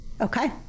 Okay